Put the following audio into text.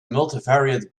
multivariate